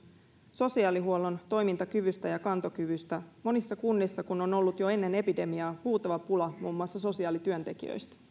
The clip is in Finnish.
sosiaalihuollon toimintakyvystä ja kantokyvystä kun monissa kunnissa on ollut jo ennen epidemiaa huutava pula muun muassa sosiaalityöntekijöistä